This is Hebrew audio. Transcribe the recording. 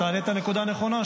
אתה העלית נקודה נכונה,